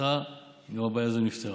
בזכותך הבעיה הזו נפתרה.